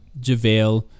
JaVale